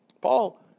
Paul